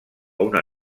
una